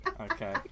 Okay